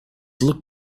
look